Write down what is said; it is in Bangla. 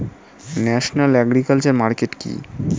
ন্যাশনাল এগ্রিকালচার মার্কেট কি?